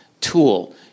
tool